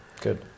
Good